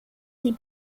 sie